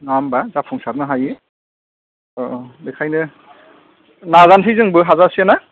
नङा होनबा जाफुंसारनो हायो अ बेखायनो नाजानोसै जोंबो हाजासे ना